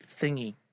thingy